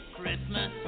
Christmas